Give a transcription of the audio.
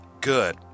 Good